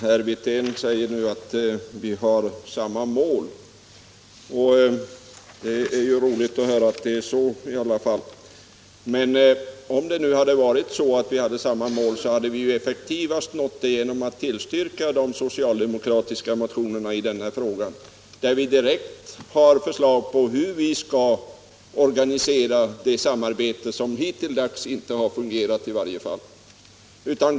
Herr talman! Herr Wirtén säger nu att vi har samma mål, och det är ju roligt att höra att det är så i alla fall. Men om vi har samma mål, så hade vi effektivast nått det genom att tillstyrka de socialdemokratiska motionerna i den här frågan, där vi har direkta förslag om hur vi skall organisera det samarbete som i varje fall hittills inte har fungerat.